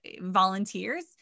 volunteers